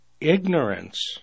ignorance